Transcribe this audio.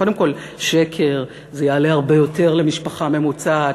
קודם כול, שקר, זה יעלה הרבה יותר למשפחה ממוצעת.